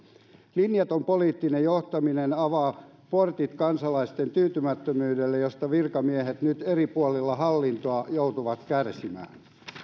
linjaton poliittinen johtaminen avaa portit kansalaisten tyytymättömyydelle josta virkamiehet nyt eri puolilla hallintoa joutuvat kärsimään